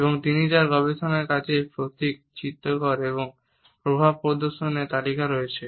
এবং তিনি তার গবেষণার কাজে প্রতীক চিত্রকর এবং প্রভাব প্রদর্শনের তালিকা করেছেন